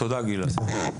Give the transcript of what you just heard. תודה גלעד.